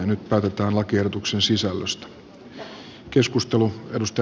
nyt päätetään lakiehdotuksen sisällöstä